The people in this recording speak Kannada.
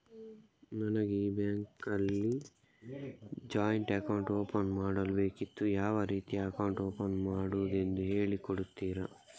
ನನಗೆ ಈ ಬ್ಯಾಂಕ್ ಅಲ್ಲಿ ಜಾಯಿಂಟ್ ಅಕೌಂಟ್ ಓಪನ್ ಮಾಡಲು ಬೇಕಿತ್ತು, ಯಾವ ರೀತಿ ಅಕೌಂಟ್ ಓಪನ್ ಮಾಡುದೆಂದು ಹೇಳಿ ಕೊಡುತ್ತೀರಾ?